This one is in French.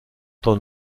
temps